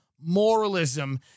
moralism